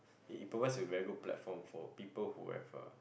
it it provides a very good platform for people who have a